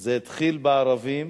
זה התחיל בערבים